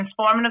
transformative